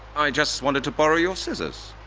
i just wanted to borrow your scissors.